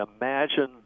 imagine